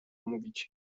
mówić